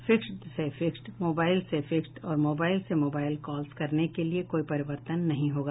fixed से fixed mobile से fixed और मोबाइल से मोबाइल कॉल्स करने के लिए कोई परिवर्तन नहीं होगा